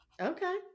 Okay